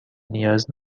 نیاز